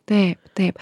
taip taip